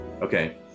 okay